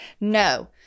No